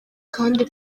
kandi